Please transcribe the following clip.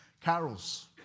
carols